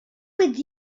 with